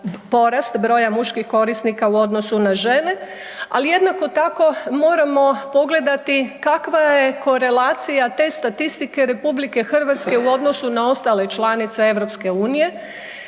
broja muških korisnika u odnosu na žene, ali jednako tako moramo pogledati kakva je korelacija te statistike RH u odnosu na ostale članice EU.